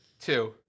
two